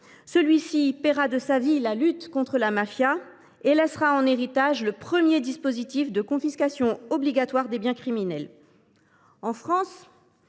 qui paya de sa vie sa lutte contre la mafia, laissa en héritage le premier dispositif de confiscation obligatoire des biens criminels. En France,